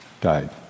died